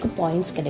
points